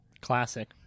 Classic